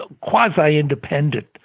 quasi-independent